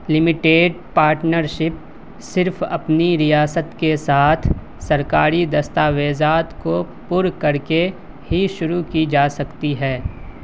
limited partnership صرف اپنی ریاست کے ساتھ سرکاری دستاویزات کو پر کر کے ہی شروع کی جا سکتی ہے